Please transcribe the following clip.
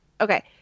Okay